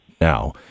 now